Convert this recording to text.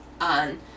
on